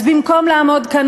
אז במקום לעמוד כאן,